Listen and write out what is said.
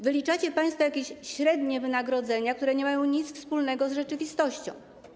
Wyliczacie państwo jakieś średnie wynagrodzenia, które nie mają nic wspólnego z rzeczywistością.